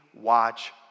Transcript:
watch